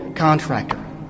Contractor